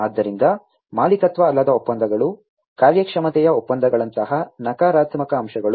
ಆದ್ದರಿಂದ ಮಾಲೀಕತ್ವ ಅಲ್ಲದ ಒಪ್ಪಂದಗಳು ಕಾರ್ಯಕ್ಷಮತೆಯ ಒಪ್ಪಂದಗಳಂತಹ ನಕಾರಾತ್ಮಕ ಅಂಶಗಳು